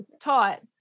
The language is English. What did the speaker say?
taught